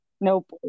Nope